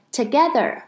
together